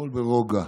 הכול ברוגע.